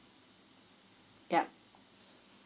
yup